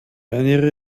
ernähre